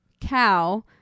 cow